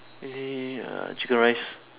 err chicken rice